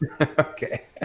okay